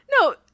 No